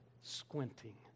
squinting